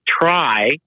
try